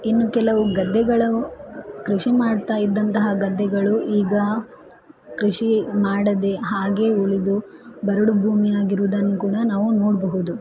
ಇನ್ನು ಕೆಲವು ಗದ್ದೆಗಳು ಕೃಷಿ ಮಾಡ್ತಾ ಇದ್ದಂತಹ ಗದ್ದೆಗಳು ಈಗ ಕೃಷಿ ಮಾಡದೇ ಹಾಗೇ ಉಳಿದು ಬರಡು ಭೂಮಿಯಾಗಿರುವುದನ್ನು ಕೂಡ ನಾವು ನೋಡಬಹುದು